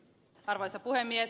arvoisa puhemies